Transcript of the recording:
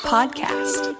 Podcast